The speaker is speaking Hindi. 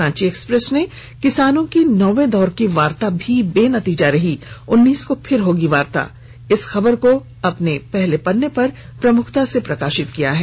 रांची एक्सप्रेस ने किसानों की नौवे दौर की वार्ता बेनतीजा रही उन्नीस को फिर होगी वार्ता की खबर को पहले पन्ने पर प्रकाशित किया है